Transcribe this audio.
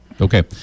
Okay